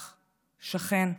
אח, שכן.